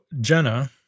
Jenna